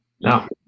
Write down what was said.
No